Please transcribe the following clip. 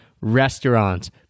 restaurants